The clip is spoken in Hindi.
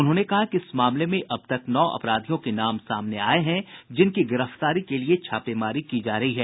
उन्होंने कहा कि इस मामले में अब तक नौ अपराधियों के नाम सामने आये हैं जिनकी गिरफ्तारी के लिए छापेमारी की जा रही है